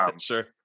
sure